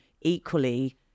equally